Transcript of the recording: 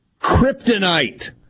Kryptonite